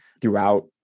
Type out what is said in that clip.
throughout